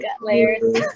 layers